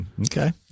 Okay